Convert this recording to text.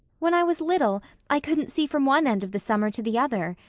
when i was little i couldn't see from one end of the summer to the other.